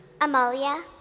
Amalia